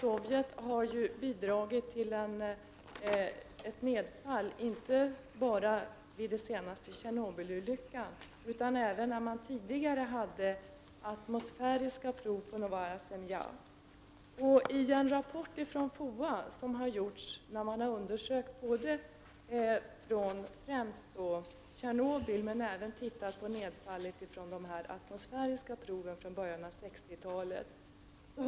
Sovjet har ju bidragit till det radioaktiva nedfallet inte bara genom Tjernobylolyckan utan också genom de atmosfäriska prov man tidigare utförde på Novaja Zemlja. FOA rapporterar om en undersökning där man inte bara tittat på nedfallet från Tjernobyl utan också på nedfallet från de atmosfäriska prov som utfördes i början av 1960-talet.